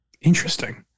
Interesting